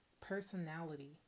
personality